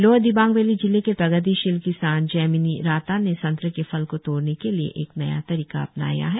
lower Dibang valley जिले के प्रगतिशील किसान जेमिनी रातान ने संतरे के फल को तोड़ने के लिए एक नया तरीका अपनाया है